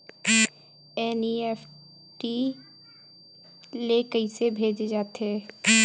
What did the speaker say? NEFT ले कइसे भेजे जाथे?